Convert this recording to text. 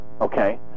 okay